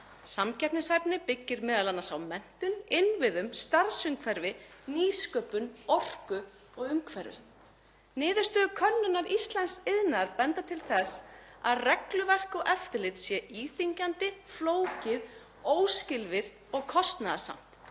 Samkeppnishæfni byggir m.a. á menntun, innviðum, starfsumhverfi, nýsköpun, orku og umhverfi. Niðurstöður könnunar íslensks iðnaðar benda til þess að regluverk og eftirlit sé íþyngjandi, flókið, óskilvirkt og kostnaðarsamt.